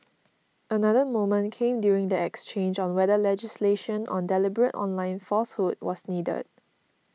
another moment came during the exchange on whether legislation on deliberate online falsehood was needed